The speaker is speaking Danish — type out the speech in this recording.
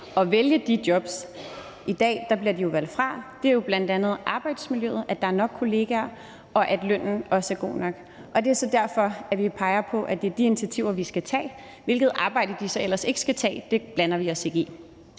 at vælge de jobs – i dag bliver de jo valgt fra – er bl.a. arbejdsmiljøet, at der er nok kollegaer, og at lønnen også er god nok. Det er derfor, at vi peger på, at det er de initiativer, vi skal tage, og hvilket arbejde de så ellers ikke skal tage, blander vi os ikke i.